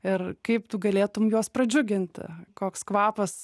ir kaip tu galėtum juos pradžiuginti koks kvapas